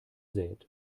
sät